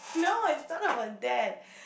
no it's not about that